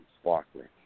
Sparkling